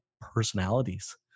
personalities